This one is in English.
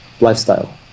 lifestyle